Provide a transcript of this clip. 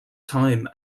time